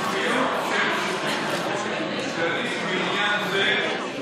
אז אני שואל אותך.